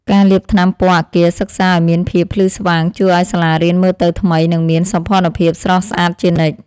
ការលាបថ្នាំពណ៌អគារសិក្សាឱ្យមានភាពភ្លឺស្វាងជួយឱ្យសាលារៀនមើលទៅថ្មី និងមានសោភ័ណភាពស្រស់ស្អាតជានិច្ច។